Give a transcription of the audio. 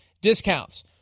discounts